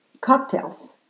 cocktails